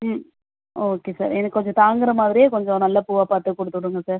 ம் okay sir எனக்கு கொஞ்சம் தாங்குகிற மாதிரியே கொஞ்சம் நல்ல பூவாக பார்த்து கொடுத்து விடுங்க சார்